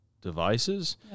devices